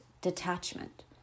detachment